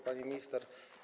Pani Minister!